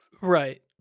Right